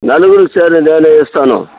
నలుగురికి చేరి నేను ఇస్తాను